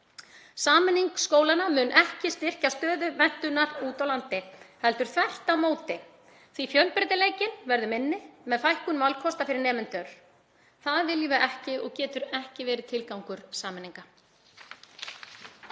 Sameining skólanna mun ekki styrkja stöðu menntunar úti á landi heldur þvert á móti. Fjölbreytileikinn verður minni með fækkun valkosta fyrir nemendur. Það viljum við ekki og það getur ekki verið tilgangur sameiningar.